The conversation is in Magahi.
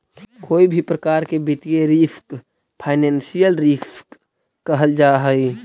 कोई भी प्रकार के वित्तीय रिस्क फाइनेंशियल रिस्क कहल जा हई